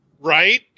Right